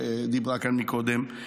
שדיברה כאן קודם,